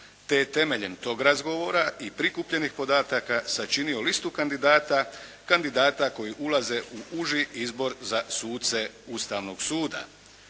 te temeljem tog razgovora i prikupljenih podataka sačinio listu kandidata, kandidata koji ulaze u uži izbor za suce Ustavnog suda.